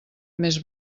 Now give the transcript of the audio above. més